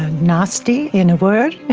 nasty, in a word.